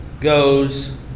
goes